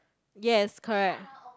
yes correct